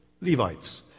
Levites